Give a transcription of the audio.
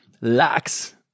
Lax